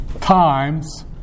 times